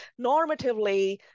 normatively